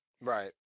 Right